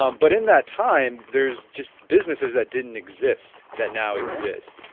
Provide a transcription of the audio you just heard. um but in that time there is just businesses that didn't exist that now exist.